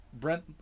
Brent